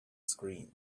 scream